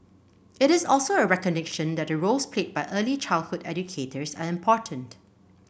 it is also a recognition that the roles played by early childhood educators are important